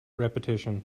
repetition